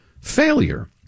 failure